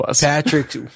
patrick